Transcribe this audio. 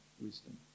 wisdom